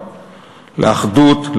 לאחדות,